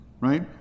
Right